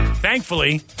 Thankfully